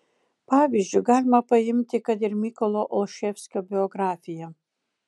pavyzdžiu galima paimti kad ir mykolo olševskio biografiją